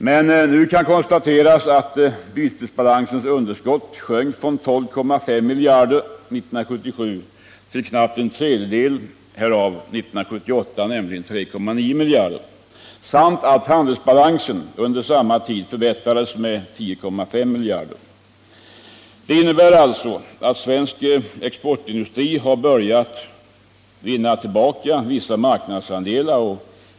Men nu kan konstateras att bytesbalansens underskott sjönk från 12,5 miljarder kronor 1977 till knappt en tredjedel härav 1978, nämligen 3,9 miljarder kronor, samt att handelsbalansen under samma tid förbättrades med 10,5 miljarder kronor. Detta innebär alltså att svensk exportindustri har börjat vinna tillbaka vissa marknadsandelar.